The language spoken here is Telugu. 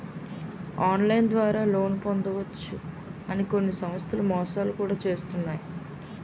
ఆన్లైన్ ద్వారా లోన్ పొందవచ్చు అని కొన్ని సంస్థలు మోసాలు కూడా చేస్తున్నాయి